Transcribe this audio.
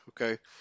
okay